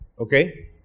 Okay